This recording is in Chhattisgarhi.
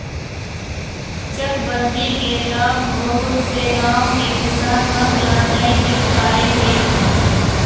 चकबंदी के लाभ बहुत से गाँव के किसान मन ल नइ मिल पाए हे